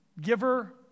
giver